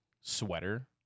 sweater